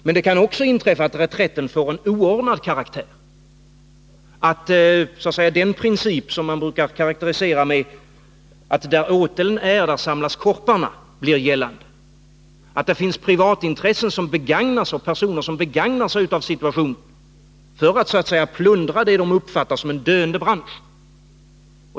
Men det kan också inträffa att reträtten får en oordnad karaktär, att den princip som man brukar karakterisera med orden ”där åteln är, där samlas korparna” blir gällande och att det finns personer som begagnar sig av situationen för att så att säga plundra det de uppfattar som en döende bransch.